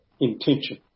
intention